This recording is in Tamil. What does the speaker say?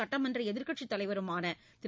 சுட்டமன்றஎதிர்கட்சித் தலைவருமானதிரு